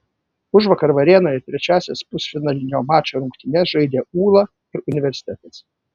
užvakar varėnoje trečiąsias pusfinalinio mačo rungtynes žaidė ūla ir universitetas